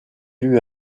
élus